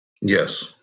Yes